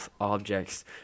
objects